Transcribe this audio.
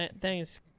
Thanks